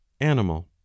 animal